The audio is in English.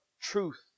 truth